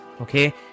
Okay